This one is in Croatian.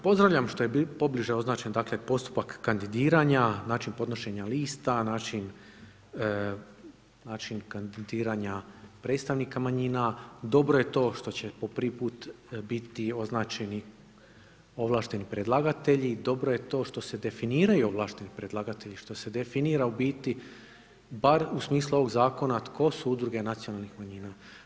Pozdravljam što je pobliže označen dakle postupak kandidiranja, način podnošenja lista, način kandidiranja predstavnika manjina, dobro je to što će po prvi put biti označeni ovlašteni predlagatelji, dobro je to što se definiraju ovlašteni predlagatelji, što se definira u biti bar u smislu ovog zakona tko su udruge nacionalnih manjina.